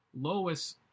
Lois